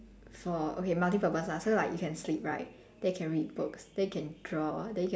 for okay multiple purpose lah so like you can sleep right then you can read books then you can draw then you can